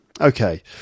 Okay